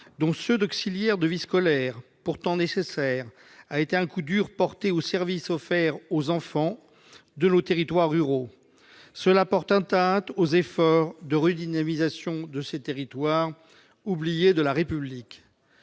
dont ceux d'auxiliaires de vie scolaire, pourtant nécessaires, a été un coup dur porté aux services offerts aux enfants dans nos territoires ruraux. Cette mesure porte atteinte aux efforts de redynamisation de ces territoires oubliés de la République.